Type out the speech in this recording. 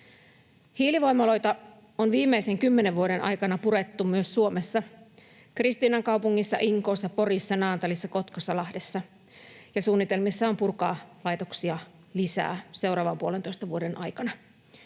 Hiilivoimaloita on viimeisen kymmenen vuoden aikana purettu myös Suomessa — Kristiinankaupungissa, Inkoossa, Porissa, Naantalissa, Kotkassa ja Lahdessa — ja suunnitelmissa on purkaa laitoksia lisää seuraavan puolentoista vuoden aikana.